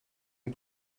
ein